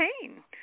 pain